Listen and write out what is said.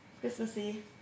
Christmassy